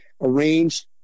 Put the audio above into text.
arranged